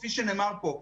כפי שנאמר פה,